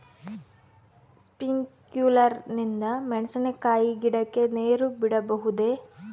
Sprinkler ನಿಂದ ಮೆಣಸಿನಕಾಯಿ ಗಿಡಕ್ಕೆ ನೇರು ಬಿಡಬಹುದೆ?